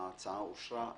תודה, ההצעה אושרה.